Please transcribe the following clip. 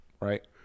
Right